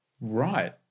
Right